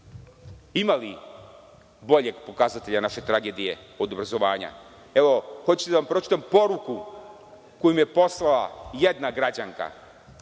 Ima li boljeg pokazatelja naše tragedije od obrazovanja? Hoćete da vam pročitam poruku koju mi je poslala jedna građanka.